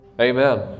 Amen